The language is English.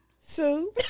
Sue